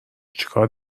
چیکار